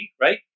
right